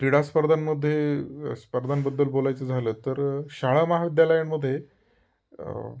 क्रीडा स्पर्धांमध्ये स्पर्धांबद्दल बोलायचं झालं तर शाळा महाविद्यालयांमध्ये